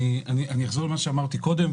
אני אחזור על מה שאמרתי קודם,